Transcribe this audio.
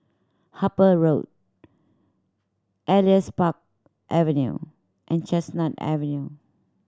Harper Road Elias Park Avenue and Chestnut Avenue